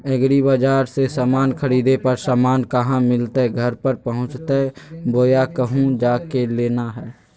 एग्रीबाजार से समान खरीदे पर समान कहा मिलतैय घर पर पहुँचतई बोया कहु जा के लेना है?